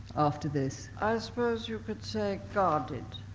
after this? i suppose you could say guarded.